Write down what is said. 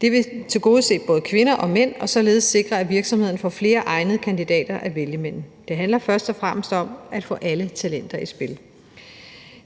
Det vil tilgodese både kvinder og mænd og således sikre, at virksomheden får flere egnede kandidater at vælge imellem. Det handler først og fremmest om at få alle talenter i spil.